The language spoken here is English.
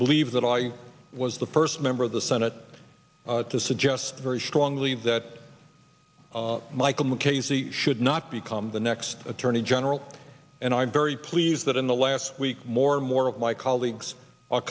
believe that i was the first member of the senate to suggest very strongly that michael mukasey should not become the next attorney general and i'm very pleased that in the last week more and more of my colleagues are